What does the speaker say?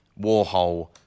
Warhol